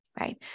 Right